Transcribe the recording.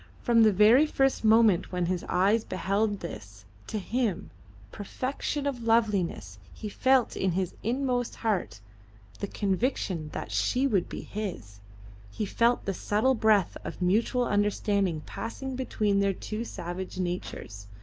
from the very first moment when his eyes beheld this to him perfection of loveliness he felt in his inmost heart the conviction that she would be his he felt the subtle breath of mutual understanding passing between their two savage natures,